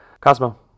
Cosmo